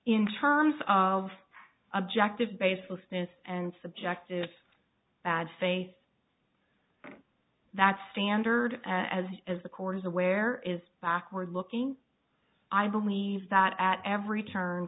in terms of objective basis and subjective bad faith that standard as as the court is aware is backward looking i believe that at every turn